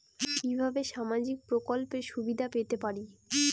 কিভাবে সামাজিক প্রকল্পের সুবিধা পেতে পারি?